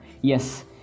Yes